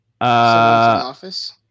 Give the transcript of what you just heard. office